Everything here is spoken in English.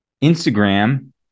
Instagram